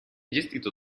gestito